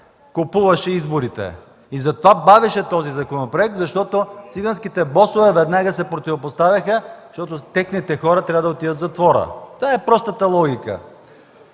купуваше изборите. И затова бавеше този законопроект, защото циганските босове веднага се противопоставяха, защото техните хора трябва да отидат в затвора. Това е простата логика.